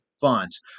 funds